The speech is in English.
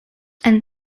and